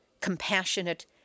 compassionate